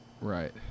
Right